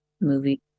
movie